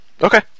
Okay